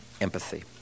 empathy